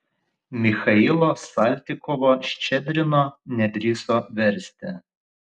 michailo saltykovo ščedrino nedrįso versti